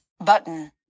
button